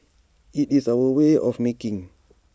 IT is our way of making